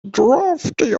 drafty